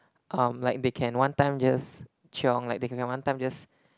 um like they can one time just chiong like they can one time just